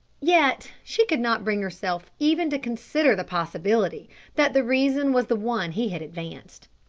yet she could not bring herself even to consider the possibility that the reason was the one he had advanced.